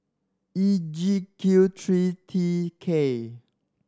E G Q three T K